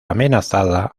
amenazada